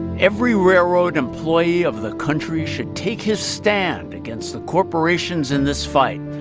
every railroad employee of the country should take his stand against the corporations in this fight,